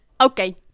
Okay